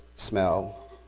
smell